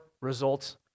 results